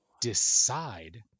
decide